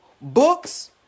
books